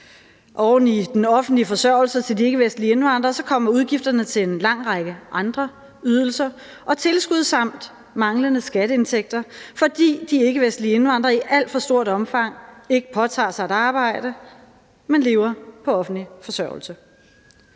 Oven i den offentlige forsørgelse til de ikkevestlige indvandrere kommer udgifterne til en lang række andre ydelser og tilskud samt manglende skatteindtægter, fordi de ikkevestlige indvandrere i alt for stort omfang ikke påtager sig et arbejde, men lever på offentlig forsørgelse,